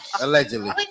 Allegedly